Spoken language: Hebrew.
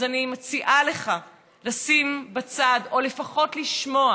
אני מציעה לך לשים בצד, או לפחות לשמוע,